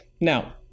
Now